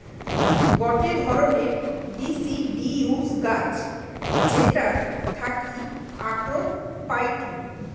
গটে ধরণের ডিসিডিউস গাছ যেটার থাকি আখরোট পাইটি